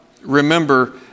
remember